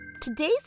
Today's